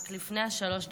רק לפני השלוש דקות,